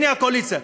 הנה הקואליציה.